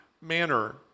manner